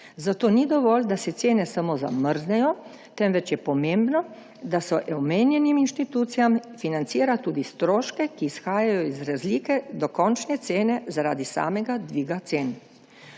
Zato ni dovolj, da se cene samo zamrznejo, temveč je pomembno, da se omenjenim inštitucijam financirajo tudi stroški, ki izhajajo iz razlike do končne cene zaradi samega dviga cen.